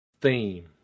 theme